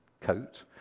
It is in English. coat